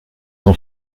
son